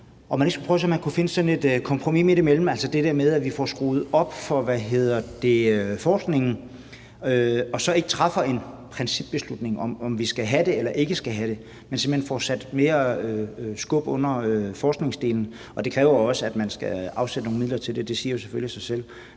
om man ikke skulle prøve at se, om man kunne finde et kompromis; altså det der med, at vi får skruet op for forskningen og så ikke træffer en principbeslutning om, om vi skal have det eller ikke skal have det, men simpelt hen får sat mere skub i forskningsdelen. Og det kræver jo også, at man skal afsætte nogle midler til det – det siger jo selvfølgelig sig selv.